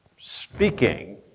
speaking